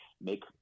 make